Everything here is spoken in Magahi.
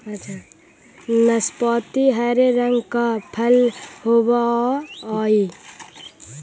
नाशपाती हरे रंग का फल होवअ हई